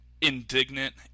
indignant